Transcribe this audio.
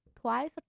twice